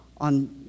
on